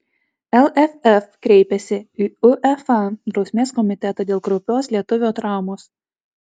lff kreipėsi į uefa drausmės komitetą dėl kraupios lietuvio traumos